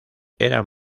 eran